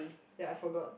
ya I forgot